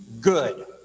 good